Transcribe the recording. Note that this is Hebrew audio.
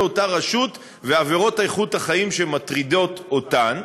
אותה רשות ועבירות איכות החיים שמטרידות אותה,